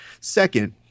Second